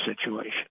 situation